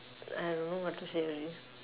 I don't know what to say already